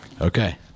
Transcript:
Okay